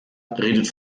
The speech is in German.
redet